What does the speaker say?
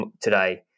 today